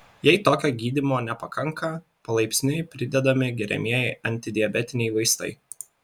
jei tokio gydymo nepakanka palaipsniui pridedami geriamieji antidiabetiniai vaistai